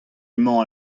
emañ